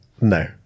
No